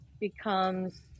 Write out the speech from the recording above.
becomes